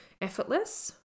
effortless